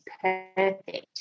perfect